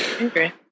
Okay